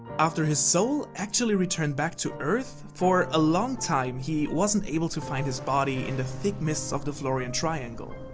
after his soul actually returned back to earth, for a long time, he wasn't able to find his body in the thick mists of the florian triangle.